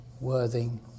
Worthing